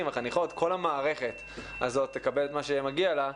והחניכות וכל המערכת הזאת תקבל את מה שמגיע לה,